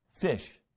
Fish